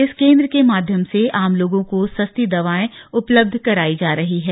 इस केंद्र के माध्यम से आम लोगों को सस्ती दवाएं उपलब्ध कराना है